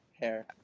hair